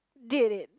did it